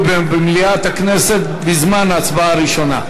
במליאת הכנסת בזמן ההצבעה הראשונה.